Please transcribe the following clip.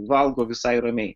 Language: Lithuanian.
valgo visai ramiai